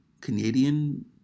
Canadian